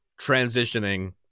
transitioning